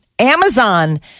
Amazon